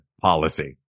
policy